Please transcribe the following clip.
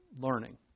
learning